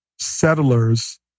settlers